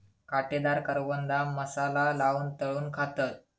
काटेदार करवंदा मसाला लाऊन तळून खातत